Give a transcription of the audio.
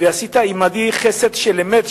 "ועשית עמדי חסד של אמת",